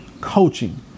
coaching